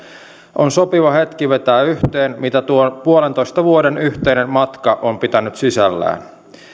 on sopiva hetki vetää yhteen mitä tuon puolentoista vuoden yhteinen matka on pitänyt sisällään